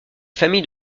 famille